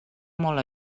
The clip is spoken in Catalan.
molt